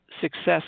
success